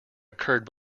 occurred